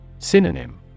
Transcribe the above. Synonym